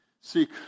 seek